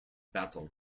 battle